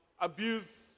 abuse